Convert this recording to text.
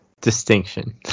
distinction